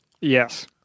Yes